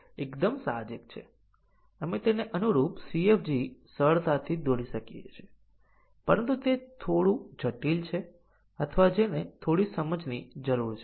આપણે ખરેખર ટેસ્ટીંગ ના કેસોની સંખ્યાને વધાર્યા વિના મલ્ટિપલ કંડિશન કવરેજ ટેસ્ટીંગ ની સંપૂર્ણતા પ્રાપ્ત કરવાની જરૂર છે